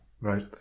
Right